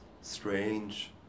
strange